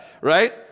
Right